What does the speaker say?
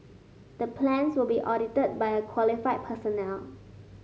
the plans will be audited by a qualified personnel